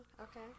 Okay